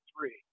three